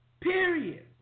Period